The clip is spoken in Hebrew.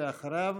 אחריו,